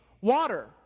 water